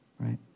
right